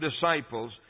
disciples